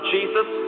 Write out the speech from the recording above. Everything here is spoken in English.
Jesus